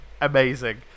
amazing